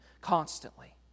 constantly